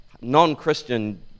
non-christian